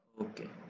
Okay